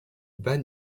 bas